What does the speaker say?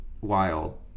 wild